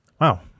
Wow